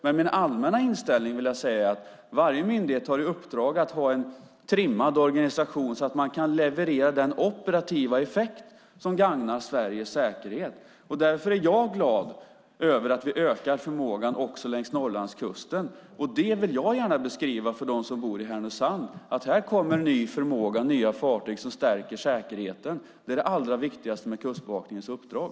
Men jag vill säga att min allmänna inställning är att varje myndighet har i uppdrag att ha en trimmad organisation, så att man kan leverera den operativa effekt som gagnar Sveriges säkerhet. Därför är jag glad över att vi ökar förmågan också längs Norrlandskusten. Jag vill gärna beskriva för dem som bor i Härnösand att det kommer ny förmåga och nya fartyg som stärker säkerheten. Det är det allra viktigaste med Kustbevakningens uppdrag.